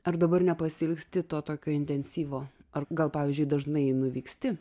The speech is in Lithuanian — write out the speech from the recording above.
ar dabar nepasiilgsti to tokio intensyvumo ar gal pavyzdžiui dažnai nuvyksti